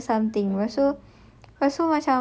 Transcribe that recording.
is fourteen dollar something lepas tu